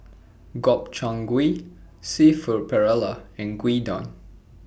Gobchang Gui Seafood Paella and Gyudon